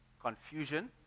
confusion